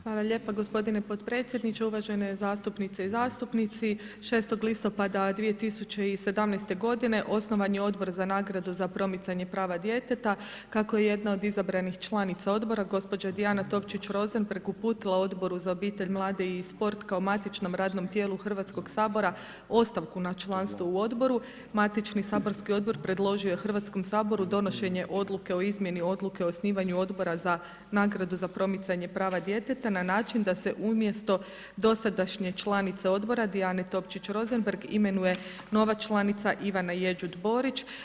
Hvala lijepa gospodine podpredsjedniče, uvažene zastupnice i zastupnici, 6. listopada 2017. osnovan je Odbor za nagradu za promicanje prava djeteta, kako jedna od izabranih članica odbora gospođa Diana Topčić Rosenberg uputila Odboru za obitelj, mlade i sport kao matičnom radnom tijelu Hrvatskog sabora ostavku na članstvo u odboru, matični saborski odbor predložio je Hrvatskom saboru donošenje Odluke o izmjeni Odluke o osnivanju Odbora za nagradu za promicanje prava djeteta na način da se umjesto dosadašnje članice odbora Diane Topčić Rosenberg, imenuje nova članica Ivana Jeđut Borić.